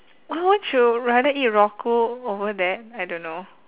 why won't you rather eat over that I don't know